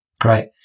Great